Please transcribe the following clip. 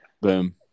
Boom